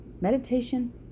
Meditation